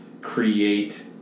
create